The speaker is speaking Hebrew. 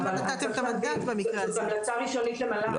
אבל צריך להבין שזו המלצה ראשונית למל"ג.